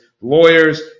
lawyers